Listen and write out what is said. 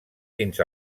fins